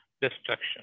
destruction